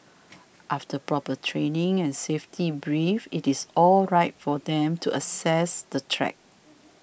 after proper training and safety brief it is all right for them to access the track